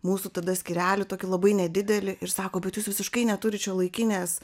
mūsų tada skyrelį tokį labai nedidelį ir sako bet jūs visiškai neturit šiuolaikinės